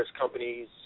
companies